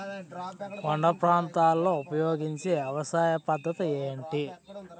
కొండ ప్రాంతాల్లో ఉపయోగించే వ్యవసాయ పద్ధతి ఏంటి?